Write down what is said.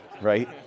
Right